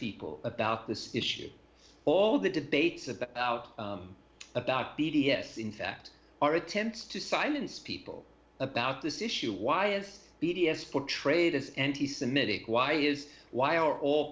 people about this issue all the debates about about b d s in fact our attempts to silence people about this issue why it's b d s portrayed as anti semitic why is why are all